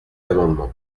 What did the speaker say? amendements